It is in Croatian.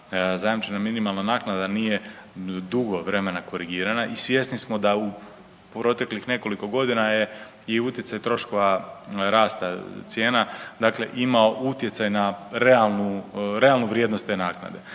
zajamčena minimalna naknada nije dugo vremena korigirana i svjesni smo da u proteklih nekoliko godina je i utjecaj troškova rasta cijena dakle imao utjecaj na realnu vrijednost te naknade.